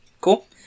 Cool